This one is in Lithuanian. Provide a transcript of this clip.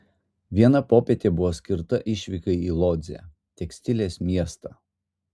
viena popietė buvo skirta išvykai į lodzę tekstilės miestą